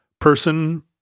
person